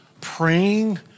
praying